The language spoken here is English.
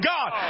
God